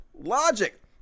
logic